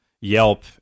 Yelp